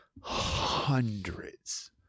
hundreds